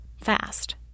fast